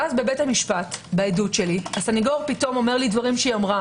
ואז בבית המשפט בעדות שלי הסנגור פתאום אומר לי דברים שהיא אמרה,